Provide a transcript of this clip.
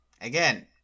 Again